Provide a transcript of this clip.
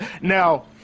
now